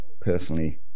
personally